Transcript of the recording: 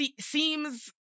seems